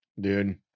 dude